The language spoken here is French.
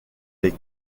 les